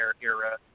era